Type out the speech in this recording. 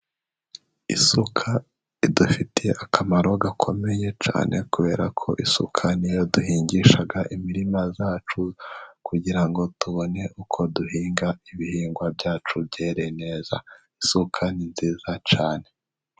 Isuka idufiteye akamaro gakomeye cyane, kubera ko isuka niyo duhingisha imirima yacu, kugira ngo tubone uko duhinga ibihingwa byacu byere neza, isuka ni nziza cyane.